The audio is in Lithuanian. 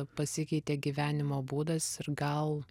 pasikeitė gyvenimo būdas ir gal